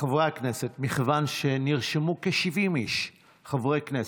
חברי הכנסת, מכיוון שנרשמו כ-70 איש, חברי כנסת,